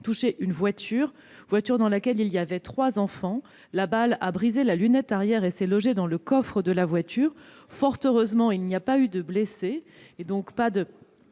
accidentellement une voiture dans laquelle se trouvaient trois enfants. La balle a brisé la lunette arrière et s'est logée dans le coffre du véhicule. Fort heureusement, il n'y a pas eu de blessés, donc pas